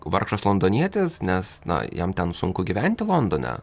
vargšas londonietis nes na jam ten sunku gyventi londone